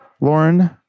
Lauren